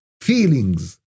feelings